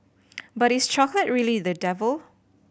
but is chocolate really the devil